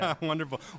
Wonderful